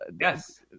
yes